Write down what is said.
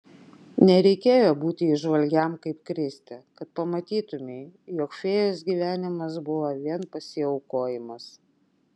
nereikėjo būti įžvalgiam kaip kristė kad pamatytumei jog fėjos gyvenimas buvo vien pasiaukojimas